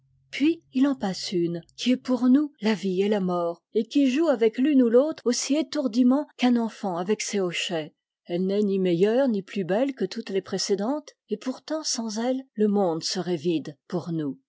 puis il en passe une qui est pour nous la vie et la mort et qui joue avec l'une ou l'autre aussi étourdiment qu'un enfant avec ses hochets elle n'est ni meilleure ni plus belle que toutes les précédentes et pourtant sans elle le monde serait vide pour nous